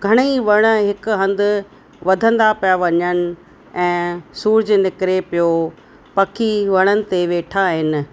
घणेई वणु हिक हंधु वधंदा पिया वञनि ऐं सूरज निकिरे पियो पखी वणनि ते वेठा आहिनि